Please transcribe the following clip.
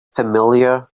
familiar